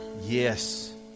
yes